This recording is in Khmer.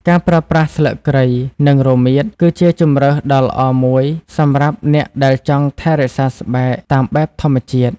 ការប្រើប្រាស់ស្លឹកគ្រៃ និងរមៀត គឺជាជម្រើសដ៏ល្អមួយសម្រាប់អ្នកដែលចង់ថែរក្សាស្បែកតាមបែបធម្មជាតិ។